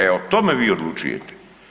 E o tome vi odlučujete.